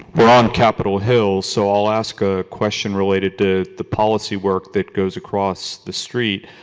but um capitol hill. so, i'll ask a question related to the policy work that goes across the street.